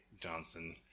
Johnson